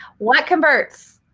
what converts?